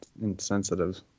Insensitive